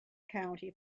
county